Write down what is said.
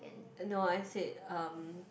eh no I said um